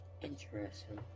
Interesting